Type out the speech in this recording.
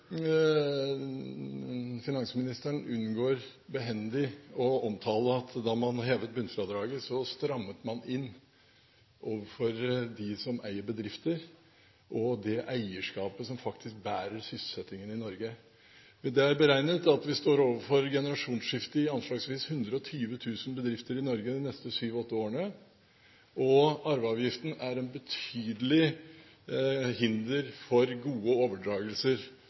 eier bedrifter, og det eierskapet som faktisk bærer sysselsettingen i Norge. Det er beregnet at vi står overfor et generasjonsskifte i anslagsvis 120 000 bedrifter i Norge de neste syv–åtte årene, og arveavgiften er et betydelig hinder for gode overdragelser